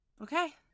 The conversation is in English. Okay